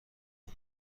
اون